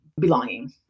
belonging